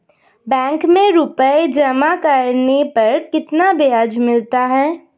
Bank में रुपये जमा करने पर कितना ब्याज मिलता है?